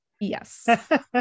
Yes